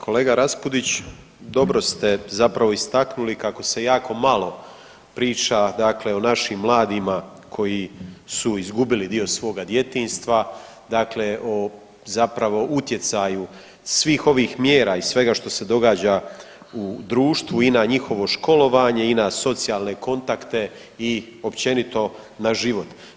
Kolega Raspudić, dobro ste zapravo istaknuli kako se jako malo priča dakle o našim mladima koji su izgubili dio svoga djetinjstva, dakle o, zapravo o utjecaju svih ovih mjera i svega što se događa u društvu i na njihovo školovanje i na socijalne kontakte i općenito na život.